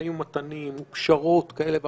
ומשאים ומתנים ופשרות כאלה ואחרות,